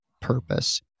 purpose